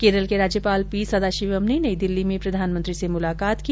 केरल के राज्यपाल पी सदाशिवम ने नई दिल्ली में प्रधानमंत्री से मुलाकात की